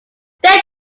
they